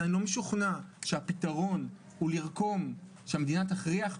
אני לא משוכנע שהפתרון הוא שהמדינה תכריח את